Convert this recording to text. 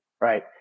right